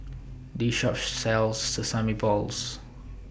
This Shop sells Sesame Balls